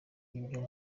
ibyo